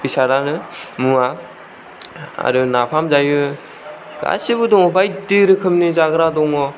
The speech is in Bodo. बेसाद आरो मुवा आरो नाफाम जायो गासिबो दङ बायदि रोखोमनि जाग्रा दङ